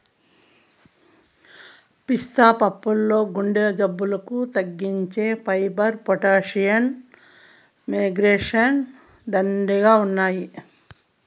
పిస్తా పప్పుల్లో గుండె జబ్బులను తగ్గించే ఫైబర్, పొటాషియం, మెగ్నీషియం, దండిగా ఉన్నాయి